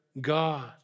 God